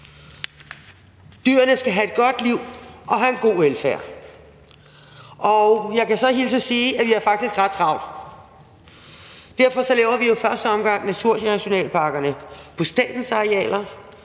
Dyrene skal have et godt liv og have en god velfærd. Og jeg kan hilse at sige, at vi faktisk har ret travlt. Derfor laver vi jo i første omgang naturnationalparkerne på statens arealer,